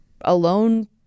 alone